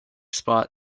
spot